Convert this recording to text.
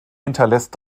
hinterlässt